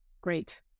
great